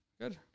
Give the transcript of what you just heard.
Good